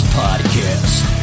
podcast